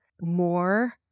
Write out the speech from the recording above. more